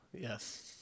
Yes